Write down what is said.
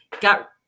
Got